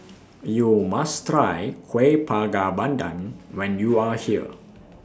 YOU must Try Kueh Bakar Pandan when YOU Are here